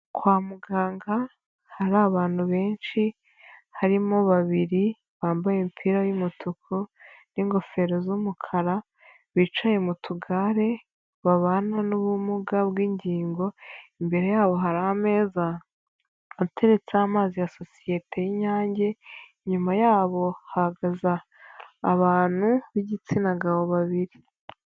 Kwa muganga hari abantu benshi harimo babiri bambaye imipira y'umutuku n'ingofero z'umukara bicaye mu tugare babana n'ubumuga bw'ingingo, imbere yabo hari ameza ateretseho amazi ya sosiyete y'Inyange, inyuma yabo hagaza abantu b'igitsina gabo babiri.